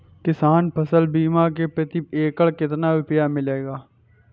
किसान फसल बीमा से प्रति एकड़ कितना रुपया मिलेगा?